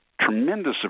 tremendous